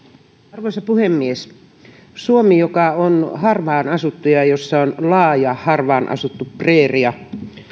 arvoisa puhemies suomessa joka on harvaan asuttu ja jossa on laaja harvaan asuttu preeria